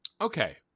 Okay